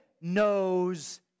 knows